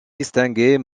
distinguer